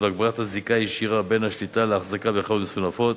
והגברת הזיקה הישירה בין השליטה לאחזקה בחברות המסונפות,